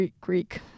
Greek